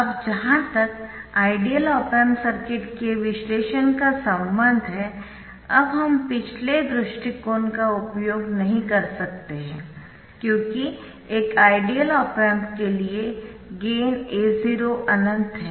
अब जहां तक आइडियल ऑप एम्प सर्किट के विश्लेषण का संबंध है अब हम पिछले दृष्टिकोण का उपयोग नहीं कर सकते है क्योंकि एक आइडियल ऑप एम्प के लिए गेन A0 अनंत है